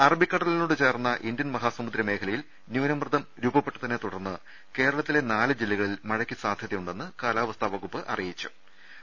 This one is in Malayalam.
അറബിക്കടലിനോട് ചേർന്ന ഇന്ത്യൻ മഹാസമുദ്ര മേഖലയിൽ ന്യൂനമർദ്ദം രൂപപ്പെട്ടതിനെത്തുടർന്ന് കേര ളത്തിലെ നാല് ജില്ലകളിൽ മഴയ്ക്ക് സാധ്യതയുണ്ടെന്ന് കാലാവസ്ഥാവകുപ്പ് മുന്നറിയിപ്പ് നൽകി